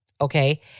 Okay